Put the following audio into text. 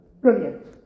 Brilliant